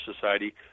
society